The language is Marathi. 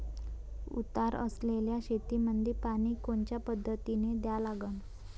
उतार असलेल्या शेतामंदी पानी कोनच्या पद्धतीने द्या लागन?